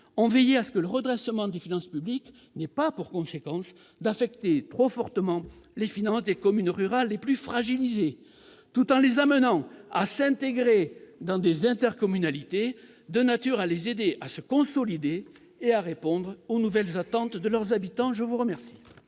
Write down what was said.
ont veillé à ce que le redressement des finances publiques n'ait pas pour conséquence d'affecter trop fortement les finances des communes rurales les plus fragilisées, tout en les amenant à s'intégrer dans des intercommunalités de nature à les aider à se consolider et à répondre aux nouvelles attentes de leurs habitants. La parole